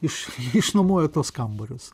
iš išnuomoja tuos kambarius